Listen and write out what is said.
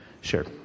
Sure